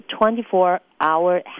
24-hour